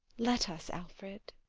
let us, alfred.